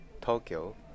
Tokyo